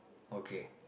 okay